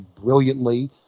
brilliantly